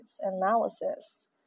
analysis